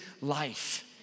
life